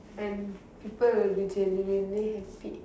and people will be genuinely happy